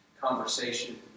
conversation